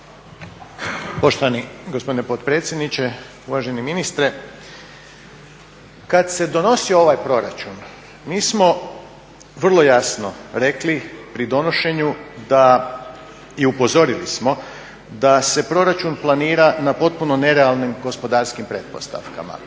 Poštovani gospodine potpredsjedniče, uvaženi ministre kad se donosio ovaj proračun mi smo vrlo jasno rekli pri donošenju i upozorili smo da se proračun planira na potpuno nerealnim gospodarskim pretpostavkama.